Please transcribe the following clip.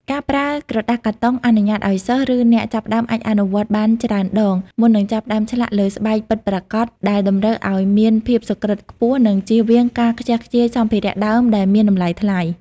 ការប្រើក្រដាសកាតុងអនុញ្ញាតឱ្យសិស្ស ឬអ្នកចាប់ផ្ដើមអាចអនុវត្តបានច្រើនដង មុននឹងចាប់ផ្ដើមឆ្លាក់លើស្បែកពិតប្រាកដដែលតម្រូវឱ្យមានភាពសុក្រិត្យខ្ពស់ និងជៀសវាងការខ្ជះខ្ជាយសម្ភារៈដើមដែលមានតម្លៃថ្លៃ។